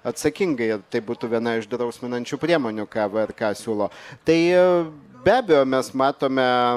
atsakingai tai būtų viena iš drausminančių priemonių ką vrk siūlo tai be abejo mes matome